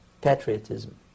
patriotism